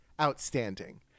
outstanding